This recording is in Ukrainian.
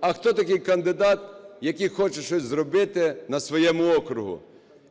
а хто такий кандидат, який хоче щось зробити на своєму окрузі.